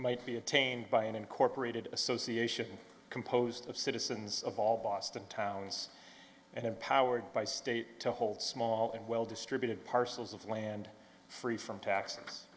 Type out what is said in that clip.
might be attained by an incorporated association composed of citizens of all boston towns and empowered by state to hold small and well distributed parcels of land free from tax